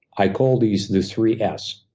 i call these the three s.